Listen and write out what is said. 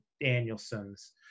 Danielson's